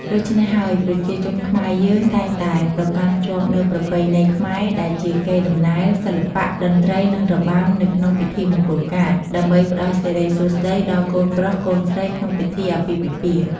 ដូច្នេះហើយប្រជាជនខ្មែរយើងតែងតែប្រកាន់ភ្ជាប់នូវប្រពៃណីខ្មែរដែលជាកេរ្ដិ៍ដំណែល សិល្បៈ តន្រ្ដីនិងរបាំនៅក្នងពិធីមង្គលការ ដើម្បីផ្តល់សិរីសួស្ដីដល់កូនប្រុសកូនស្រីក្នុងពិធីអាពាហ៍ពិពាហ៍។